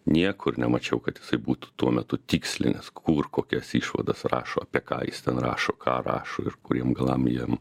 niekur nemačiau kad jisai būtų tuo metu tikslinęs kur kokias išvadas rašo apie ką jis ten rašo ką rašo ir kuriem galam jiem